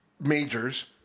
majors